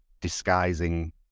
disguising